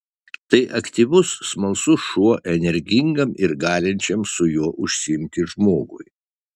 tai aktyvus smalsus šuo energingam ir galinčiam su juo užsiimti žmogui